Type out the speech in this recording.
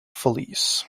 follies